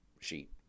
sheet